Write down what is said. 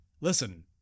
listen